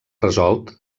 resolt